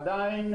עדיין,